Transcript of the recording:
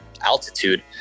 altitude